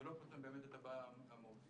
ולא פותרים באמת את הבעיה המהותית.